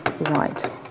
right